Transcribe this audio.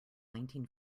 nineteen